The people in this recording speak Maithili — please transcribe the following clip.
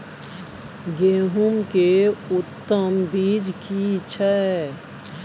गेहूं के उत्तम बीज की छै?